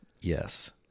Yes